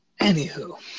Anywho